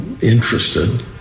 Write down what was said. interested